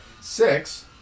six